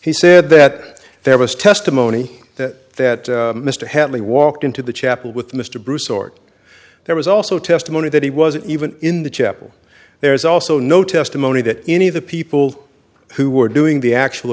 he said that there was testimony that that mr headley walked into the chapel with mr bruce sort there was also testimony that he wasn't even in the chapel there is also no testimony that any of the people who were doing the actual